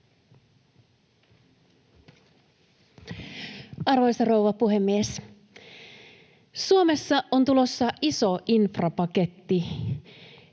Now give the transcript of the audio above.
Arvoisa rouva puhemies! Suomessa on tulossa iso infrapaketti